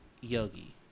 Yogi